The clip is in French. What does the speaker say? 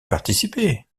participer